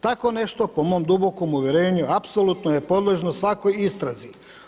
Tako nešto, po mom dubokom uvjerenju, apsolutno je podložno svakoj istraži.